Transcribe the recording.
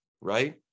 right